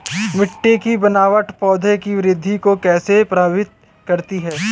मिट्टी की बनावट पौधों की वृद्धि को कैसे प्रभावित करती है?